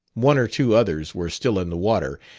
one or two others were still in the water,